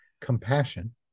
compassion